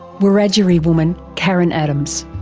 wiradjuri woman karen adams.